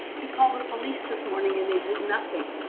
he called the police this morning and they did nothing